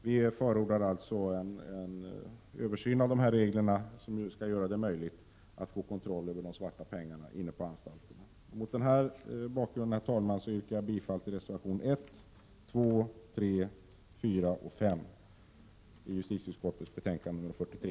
Vi förordar således en översyn av reglerna i detta sammanhang för att man skall få kontroll över svarta pengar på anstalterna. Mot denna bakgrund, herr talman, yrkar jag bifall till reservationerna 1,2, 3, 4 och 5, som är fogade till justitieutskottets betänkande 43.